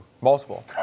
multiple